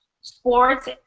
Sports